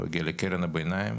הוא יגיע לקרן הביניים,